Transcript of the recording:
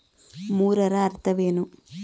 ಮೂರರ ಅರ್ಥವೇನು?